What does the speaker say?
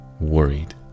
worried